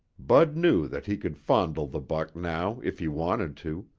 bud knew that he could fondle the buck now if he wanted to.